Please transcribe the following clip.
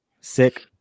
Sick